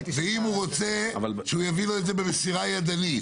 ואם הוא רוצה שהוא יביא לו את זה במסירה ידנית,